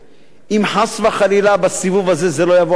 אם חס וחלילה בסיבוב הזה זה לא יבוא על פתרונו,